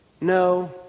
no